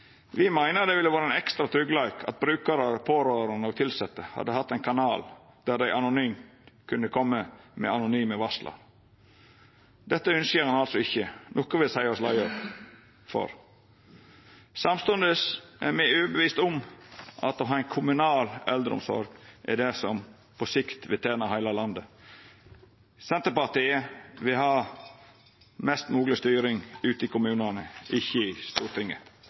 meiner at det ville vore ein ekstra tryggleik at brukarar, pårørande og tilsette hadde hatt ein kanal der dei anonymt kunne koma med varsel. Dette ynskjer ein altså ikkje, noko me seier oss leie for. Samstundes er me overbeviste om at å ha ei kommunal eldreomsorg er det som på sikt vil tena heile landet. Senterpartiet vil ha mest mogleg styring ute i kommunane, ikkje i Stortinget.